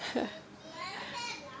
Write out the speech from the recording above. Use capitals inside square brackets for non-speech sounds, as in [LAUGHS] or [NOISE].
[LAUGHS]